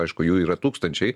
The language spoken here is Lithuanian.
aišku jų yra tūkstančiai